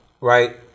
right